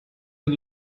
den